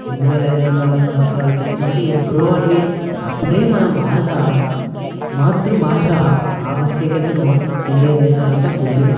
రెండు వేల ఐదు వందల సంవత్సరాల క్రితం అంటే ఎప్పుడో అండి అప్పుడే మన భారత మాతృభాష ఆవశ్యకతను తెలియజేశారంట బుద్ధుడు